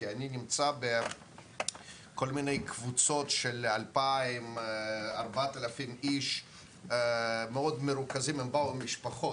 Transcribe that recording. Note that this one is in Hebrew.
אני נמצא בכל מיני קבוצות של בין 2000-4000 אנשים שבאו עם משפחות,